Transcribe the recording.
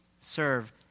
serve